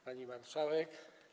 Pani Marszałek!